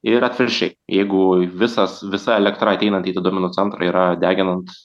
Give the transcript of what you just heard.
ir atvirkščiai jeigu visas visa elektra ateinanti į duomenų centrą yra deginant